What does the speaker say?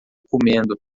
comendo